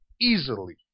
easily